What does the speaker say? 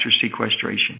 sequestration